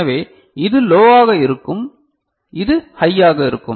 எனவே இது லோவாக இருக்கும் இது ஹையாக இருக்கும்